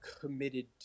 committed